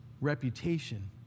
reputation